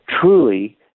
truly